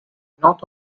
north